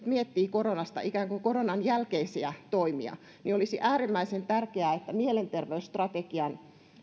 miettii ikään kuin koronan jälkeisiä toimia niin olisi äärimmäisen tärkeää että mielenterveysstrategian